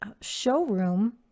showroom